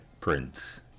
Prince